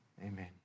Amen